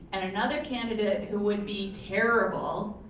and another candidate who would be terrible,